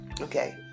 Okay